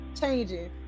changing